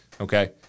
Okay